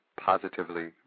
positively